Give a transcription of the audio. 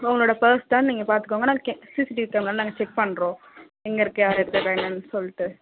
உங்களோட பர்ஸ் தான்னு நீங்கள் பார்த்துக்கோங்க நாங்க கே சிசிடிவி கேமராவுவில் நாங்கள் செக் பண்ணுறோம் எங்கே இருக்குது யார் எடுத்திருக்கா என்னென்று சொல்லிட்டு